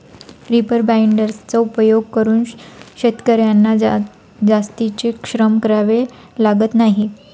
reaper बाइंडर्सचा उपयोग करून शेतकर्यांना जास्तीचे श्रम करावे लागत नाही